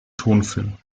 tonfilm